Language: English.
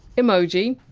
emoji!